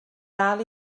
dal